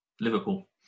Liverpool